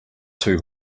two